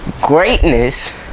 Greatness